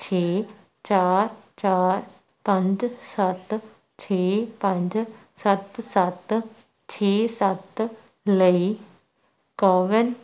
ਛੇ ਚਾਰ ਚਾਰ ਪੰਜ ਸੱਤ ਛੇ ਪੰਜ ਸੱਤ ਸੱਤ ਛੇ ਸੱਤ ਲਈ ਕੋਵਿਨ